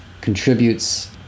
contributes